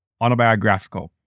autobiographical